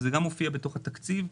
וזה מופיע בתקציב,